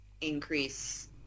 increase